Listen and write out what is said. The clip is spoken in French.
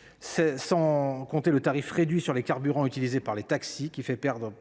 ; quant au tarif réduit du carburant utilisé par les taxis, il fait perdre